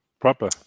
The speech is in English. Proper